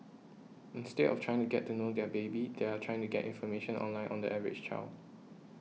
instead of trying to get to know their baby they are trying to get information online on the average child